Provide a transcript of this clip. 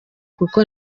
kuko